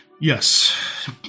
Yes